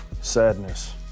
Sadness